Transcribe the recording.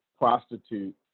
prostitute